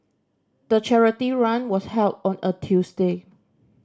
the charity run was held on a Tuesday